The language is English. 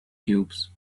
cubes